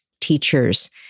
teachers